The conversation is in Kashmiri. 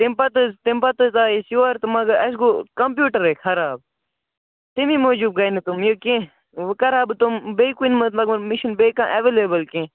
تَمہِ پَتہٕ حظ تَمہِ پَتہٕ حظ آیہِ أسۍ یور تہٕ مگر اَسہِ گوٚو کَمپیوٗٹَرے خراب تمی موٗجوٗب گٔے نہٕ تِم یہِ کیٚنٛہہ وۅنۍ کَرٕہا بہٕ تِم بیٚیہِ کُنہِ منٛز لگ بگ مےٚ چھُنہٕ بیٚیہِ کانٛہہ ایٚویلیبُل کیٚنٛہہ